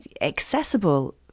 accessible